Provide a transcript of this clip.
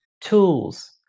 tools